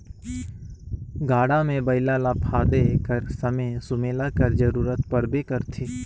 गाड़ा मे बइला ल फादे कर समे सुमेला कर जरूरत परबे करथे